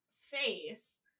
face